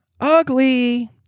ugly